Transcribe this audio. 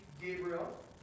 Gabriel